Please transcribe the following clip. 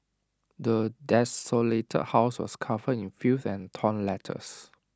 the desolated house was covered in filth and torn letters